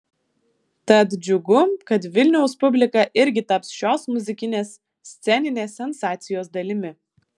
tad džiugu kad vilniaus publika irgi taps šios muzikinės sceninės sensacijos dalimi